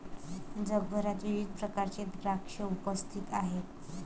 जगभरात विविध प्रकारचे द्राक्षे उपस्थित आहेत